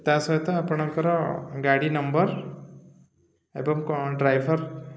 ତା ସହିତ ଆପଣଙ୍କର ଗାଡ଼ି ନମ୍ବର୍ ଏବଂ କ'ଣ ଡ୍ରାଇଭର୍